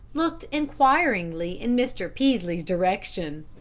looked inquiringly in mr. peaslee's direction.